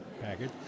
package